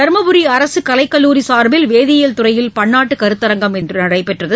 தருமபுரி அரசு கலைக்கல்லூரி சார்பில் வேதியியல் துறையில் பன்னாட்டு கருத்தரங்கம் இன்று நடைபெற்றது